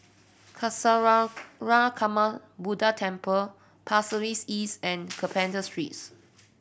Buddha Temple Pasir Ris East and Carpenter Streets